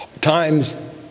times